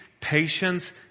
patience